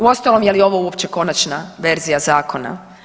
Uostalom je li ovo uopće konačna verzija zakona?